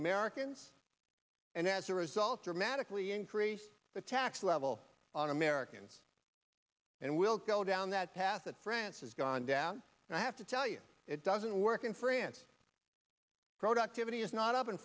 americans and as a result dramatically increase the tax level on americans and we'll go down that path that france has gone down and i have to tell you it doesn't work in france productivity is not up in